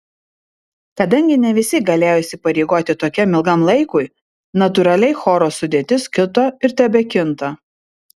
kadangi ne visi galėjo įsipareigoti tokiam ilgam laikui natūraliai choro sudėtis kito ir tebekinta